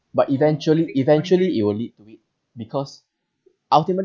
but eventually eventually it will lead to it because ultimately